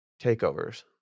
Takeovers